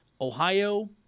Ohio